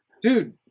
Dude